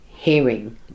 hearing